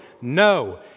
No